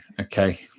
okay